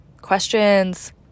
questions